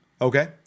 Okay